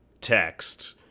text